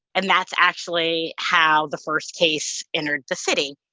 and that's actually how the first case entered the city.